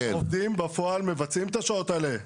העובדים בפועל מבצעים את השעות האלה.